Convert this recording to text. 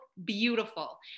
Beautiful